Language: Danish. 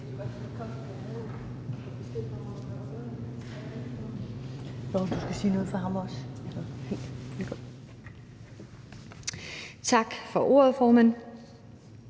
Tak for ordet, formand.